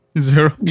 Zero